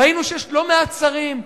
ראינו שיש לא מעט שרים,